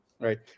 right